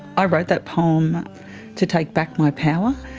i wrote that poem to take back my power,